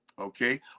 Okay